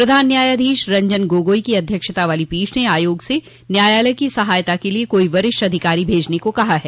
प्रधान न्यायाधीश रंजन गोगोई की अध्यक्षता वाली पीठ ने आयोग से न्यायालय की सहायता के लिए कोई वरिष्ठ अधिकारी भेजने को कहा है